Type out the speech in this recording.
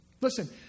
Listen